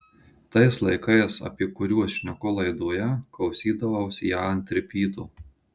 tais laikais apie kuriuos šneku laidoje klausydavaus ją ant ripyto